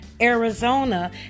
Arizona